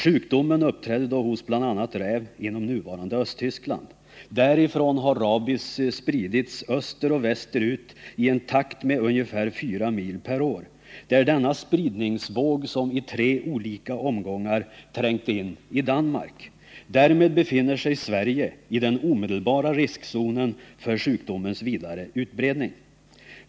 Sjukdomen uppträdde då hos bl.a. räv inom nuvarande Östtyskland. Därifrån har rabies spritts österoch västerut i en takt av ungefär 4 mil per år. Det är denna spridningsvåg som i tre olika omgångar har trängt in i Danmark. Därmed befinner sig Sverige i den omedelbara riskzonen för sjukdomens vidare utbredning.